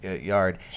yard